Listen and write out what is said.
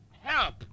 help